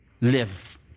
live